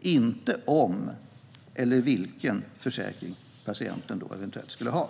inte om patienten har en försäkring eller vilken försäkring patienten har.